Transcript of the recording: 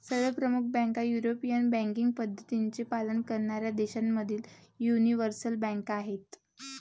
सर्व प्रमुख बँका युरोपियन बँकिंग पद्धतींचे पालन करणाऱ्या देशांमधील यूनिवर्सल बँका आहेत